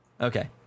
Okay